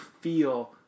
feel